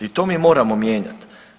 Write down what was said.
I to mi moramo mijenjati.